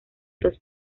dos